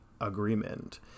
agreement